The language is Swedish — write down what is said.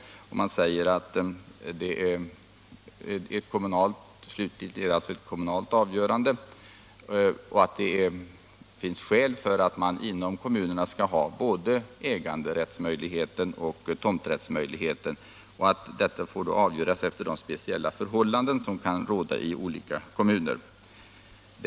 Utskottet säger att det slutligen är ett kommunalt avgörande och att det inom kommunerna bör finnas både äganderättsmöjligheten och tomträttsmöjligheten. Detta får då avgöras efter de speciella förhållanden som kan råda i olika kommuner.